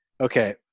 Okay